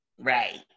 Right